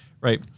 Right